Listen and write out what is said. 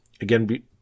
again